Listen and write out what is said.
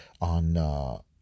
on